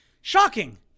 Shocking